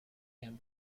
and